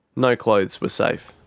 no clothes were safe.